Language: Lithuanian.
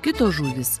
kitos žuvys